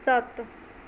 ਸੱਤ